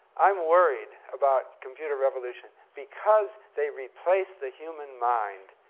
i'm worried about computer revolution because they replace the human mind.